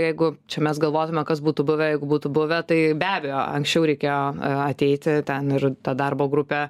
jeigu čia mes galvotume kas būtų buvę jeigu būtų buvę tai be abejo anksčiau reikėjo ateiti ten ir tą darbo grupę